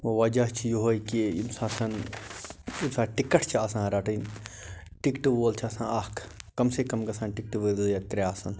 وَجہِ چھِ یِہوٚے کہِ ییٚمہِ ساتَن ییٚمہِ سات ٹِکَٹ چھِ آسان رَٹٕنۍ ٹِکٹہٕ وول چھِ آسان اَکھ کَم سے کَم گَژھان ٹِکٹہٕ ترٛےٚ آسَن